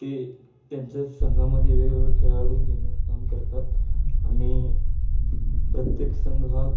ते त्यांच्या संघामध्ये वेगवेगळं खेळाडू घेणं काम करतात आणि प्रत्येक संघ हा